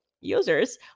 users